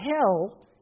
hell